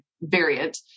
variant